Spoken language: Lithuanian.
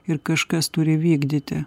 ir kažkas turi vykdyti